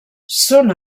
són